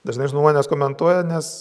dažnai žmonės komentuoja nes